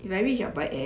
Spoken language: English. air